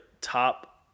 Top